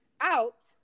out